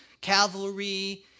cavalry